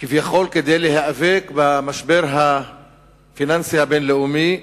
כביכול כדי להיאבק במשבר הפיננסי הבין-לאומי,